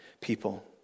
people